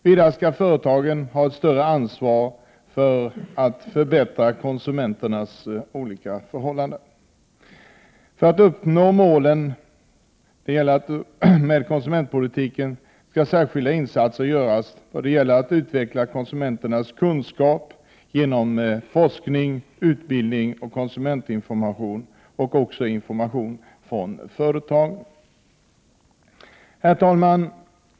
Vidare skall företagen ha ett större ansvar för att förbättra konsumenternas förhållanden. För att uppnå målet med konsumentpolitiken skall särskilda insatser göras när det gäller att utveckla konsumenternas kunskaper genom Herr talman!